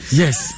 yes